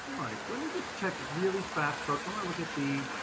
all right, let me just check really fast. folks want to look at the,